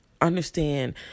understand